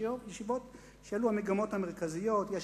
ישיבות שאלה המגמות המרכזיות בהן,